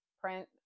print